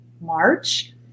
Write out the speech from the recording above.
March